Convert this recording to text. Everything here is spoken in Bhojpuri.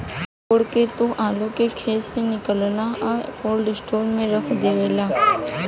कोड के तू आलू खेत से निकालेलऽ आ कोल्ड स्टोर में रख डेवेलऽ